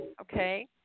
Okay